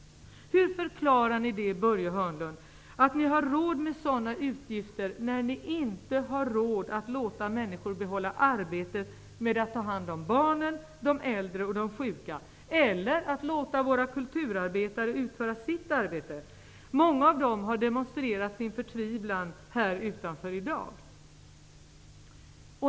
Hur förklar ni, Börje Hörnlund, att ni har råd med sådana utgifter när ni inte har råd att låta människor behålla arbetet med att ta hand om barnen, de äldre och de sjuka, eller att låta våra kulturarbetare utföra sitt arbete? Många av dem har demonstrerat sin förtvivlan här utanför i dag.